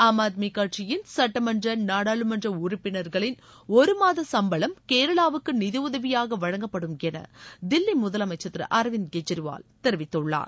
ஆம் ஆத்மி கட்சியின் சட்ட மன்ற நாடாளுமன்ற உறுப்பினா்களின் ஒரு மாத சும்பளம் கேரளாவுக்கு நிதியதவியாக வழங்கப்படும் என தில்லி முதலமைச்ச் திரு அரவிந்த கெஜ்ரிவால் தெரிவித்துள்ளார்